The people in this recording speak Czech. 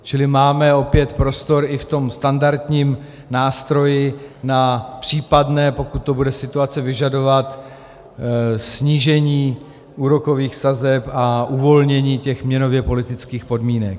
Čili máme opět prostor i v tom standardním nástroji na případné, pokud to bude situace vyžadovat, snížení úrokových sazeb a uvolnění měnověpolitických podmínek.